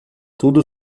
tudo